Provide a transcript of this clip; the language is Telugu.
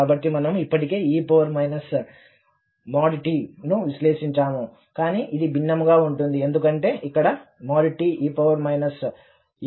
కాబట్టి మనము ఇప్పటికే e a|t| ను విశ్లేషించాము కానీ ఇది భిన్నంగా ఉంటుంది ఎందుకంటే ఇక్కడ |t| e a | t | తో కూడా ఉంది